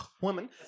woman